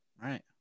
Right